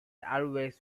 always